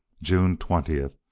june twentieth,